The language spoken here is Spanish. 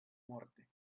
muerte